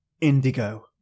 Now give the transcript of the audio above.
Indigo